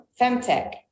Femtech